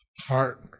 heart